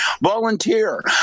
Volunteer